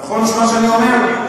נכון מה שאני אומר?